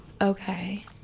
okay